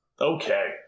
Okay